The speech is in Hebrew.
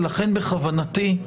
ולכן בכוונתי,